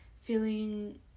feeling